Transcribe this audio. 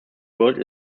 world